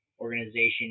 organization